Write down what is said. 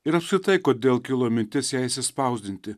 ir apskritai kodėl kilo mintis ją išsispausdinti